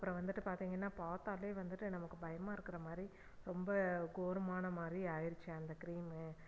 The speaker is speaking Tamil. அப்புறம் வந்துட்டு பார்த்திங்கன்னா பார்த்தாலே வந்துட்டு நமக்கு பயமாக இருக்கிற மாதிரி ரொம்ப கோரமான மாதிரி ஆயிடுச்சு அந்த க்ரீமு